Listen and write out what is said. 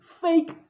fake